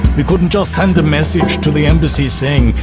we couldn't just send a message to the embassy saying,